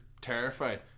terrified